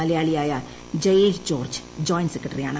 മലയാളിയായ Jayesh George joint സെക്രട്ടറിയാണ്